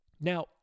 Now